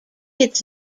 its